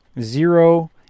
Zero